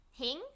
Hing